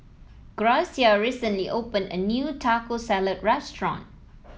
Gracia recently opened a new Taco Salad restaurant